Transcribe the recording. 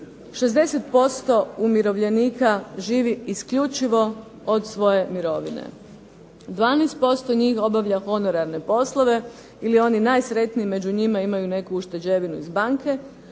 60% umirovljenika živi isključivo od svoje mirovine, 12% njih obavlja honorarne poslove ili oni najsretniji među njima imaju neku ušteđevinu iz banke,